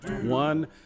one